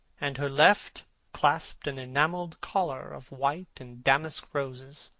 and her left clasped an enamelled collar of white and damask roses.